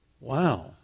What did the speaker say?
Wow